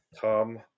Tom